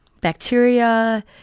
bacteria